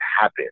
happen